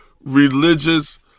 religious